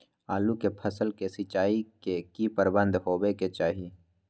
आलू के फसल के सिंचाई के की प्रबंध होबय के चाही?